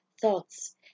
thoughts